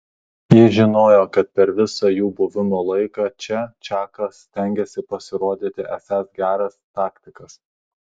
jis žinojo kad per visą jų buvimo laiką čia čakas stengiasi pasirodyti esąs geras taktikas